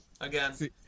Again